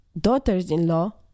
daughters-in-law